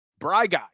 Bryguy